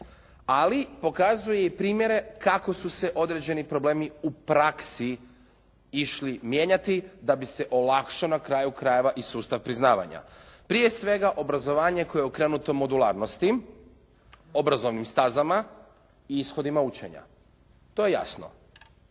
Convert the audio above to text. ali pokazuje i primjere kako su se određeni problemi u praksi išli mijenjati da bi se olakšao na kraju krajeva i sustav priznavanja. Prije svega obrazovanje koje je okrenuto modularnosti, obrazovnim stazama i ishodima učenja. To je jasno.